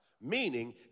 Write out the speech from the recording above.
Meaning